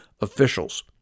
officials